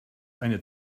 eine